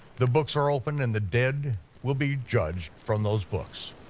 the books are open and the dead will be judged from those books.